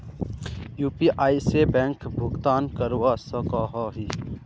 UPI से bank भुगतान करवा सकोहो ही?